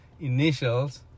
initials